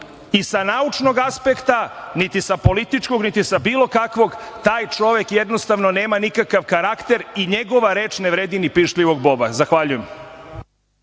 i sa naučnog aspekta, niti sa političkog, niti sa bilo kakvog, taj čovek jednostavno nema nikakav karakter i njegova reč ne vredi ni pišljivog boba. Zahvaljujem.